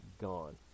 gone